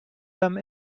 them